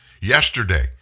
Yesterday